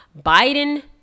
Biden